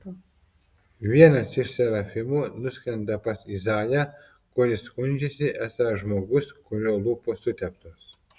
vienas iš serafimų nuskrenda pas izaiją kuris skundžiasi esąs žmogus kurio lūpos suteptos